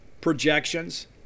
projections